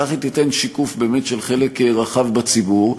כך היא תיתן שיקוף אמיתי של חלק רחב בציבור,